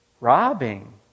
robbing